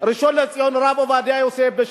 הראשון לציון הרב עובדיה יוסף,